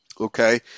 okay